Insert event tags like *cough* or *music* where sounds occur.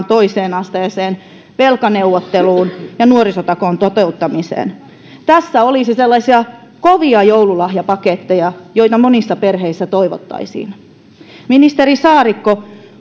*unintelligible* toiseen asteeseen velkaneuvotteluun ja nuorisotakuun toteuttamiseen tässä olisi sellaisia kovia joululahjapaketteja joita monissa perheissä toivottaisiin ministeri saarikko